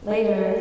Later